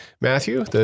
Matthew